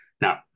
now